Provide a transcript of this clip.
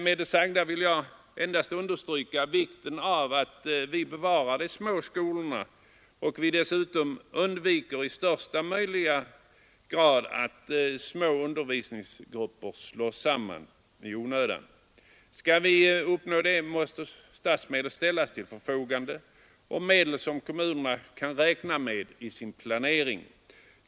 Med det sagda vill jag understryka vikten av att vi bevarar de små skolorna och att vi dessutom i största möjliga utsträckning undviker att små undervisningsgrupper i onödan slås samman. Skall vi uppnå detta måste statsmedel ställas till förfogande — medel som kommunerna kan räkna med i sin planering.